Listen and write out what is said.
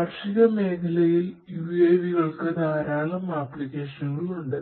കാർഷിക മേഖലയിൽ UAV കൾക്കു ധാരാളം ആപ്ലിക്കേഷനുകൾ ഉണ്ട്